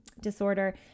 disorder